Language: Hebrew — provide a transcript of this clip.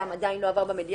גם עדיין לא עבר במליאה.